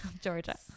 Georgia